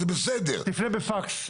תפנה אלינו בפקס.